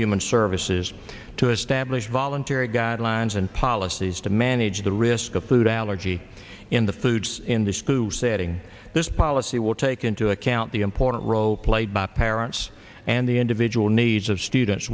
human services to establish voluntary guidelines and policies to manage the risk of food allergy in the foods in the screw setting this policy will take into account the important role played by parents and the individual needs of students